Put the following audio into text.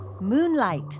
moonlight